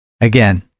again